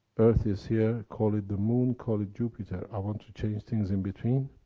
earth is here. call it the moon, call it jupiter, i want to change things in between.